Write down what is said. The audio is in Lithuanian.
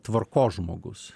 tvarkos žmogus